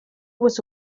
was